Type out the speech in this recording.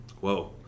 Whoa